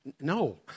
No